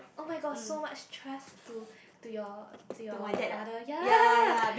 oh-my-god so much trust to to your to your father ya